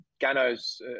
Gano's